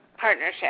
partnership